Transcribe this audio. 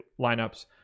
lineups